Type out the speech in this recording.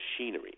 machinery